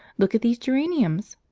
look at these geraniums!